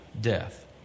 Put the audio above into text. death